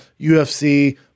UFC